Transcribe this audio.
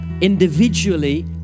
individually